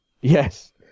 Yes